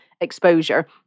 exposure